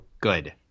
good